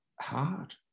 hard